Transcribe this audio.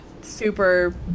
super